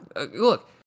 look